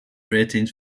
ratings